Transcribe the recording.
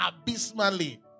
abysmally